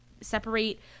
separate